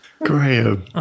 Graham